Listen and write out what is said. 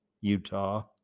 Utah